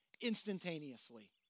instantaneously